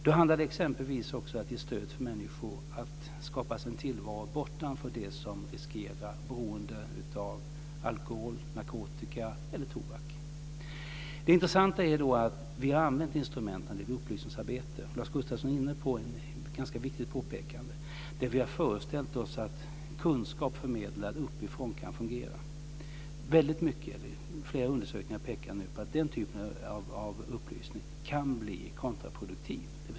Då handlar det exempelvis också om att ge stöd för människor att skapa sig en tillvaro bortom de miljöer där man riskerar beroende av alkohol, narkotika eller tobak. Det intressanta är hur vi har använt instrumenten vid upplysningsarbete. Lars Gustafsson gjorde ett ganska viktigt påpekande. Vi har föreställt oss att kunskap förmedlad uppifrån kan fungera. Flera undersökningar pekar nu på att den typen av upplysning kan bli kontraproduktiv.